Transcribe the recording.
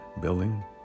building